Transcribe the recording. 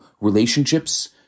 relationships